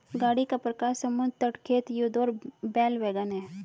गाड़ी का प्रकार समुद्र तट, खेत, युद्ध और बैल वैगन है